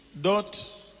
Dot